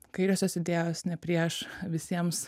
kairiosios idėjos ne prieš visiems